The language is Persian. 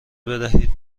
بدهید